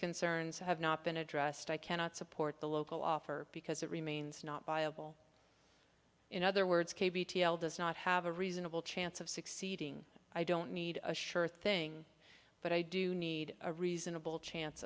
concerns have not been addressed i cannot support the local offer because it remains not viable in other words does not have a reasonable chance of succeeding i don't need a sure thing but i do need a reasonable chance